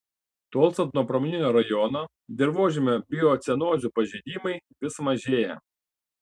tolstant nuo pramoninio rajono dirvožemio biocenozių pažeidimai vis mažėja